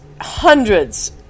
hundreds